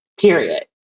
period